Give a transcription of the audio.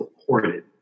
Supported